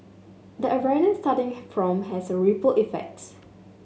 the awareness starting from has a ripple effect